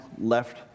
left